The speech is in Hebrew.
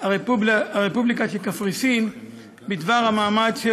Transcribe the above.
הרפובליקה של קפריסין בדבר המעמד של